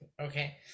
okay